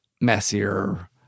messier